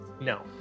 No